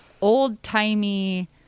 old-timey